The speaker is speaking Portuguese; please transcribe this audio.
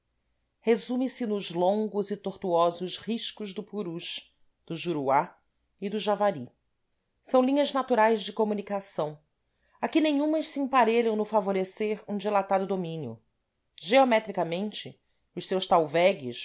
resume-se nos longos e torturosos riscos do purus do juruá e do javari são linhas naturais de comunicação a que nenhumas se emparelham no favorecer um dilatado domínio geometricamente os seus